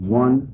one